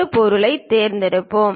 இந்த பொருளைத் தேர்ந்தெடுப்போம்